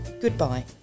goodbye